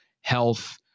health